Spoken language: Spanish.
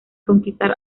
conquistar